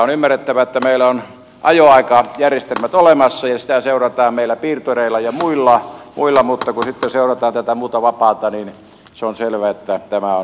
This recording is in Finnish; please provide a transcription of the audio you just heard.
on ymmärrettävä että meillä on ajoaikajärjestelmät olemassa ja niitä seurataan meillä piirtureilla ja muilla mutta sitten kun seurataan tätä muuta vapaata niin se on selvä että tämä on